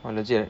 oh legit ah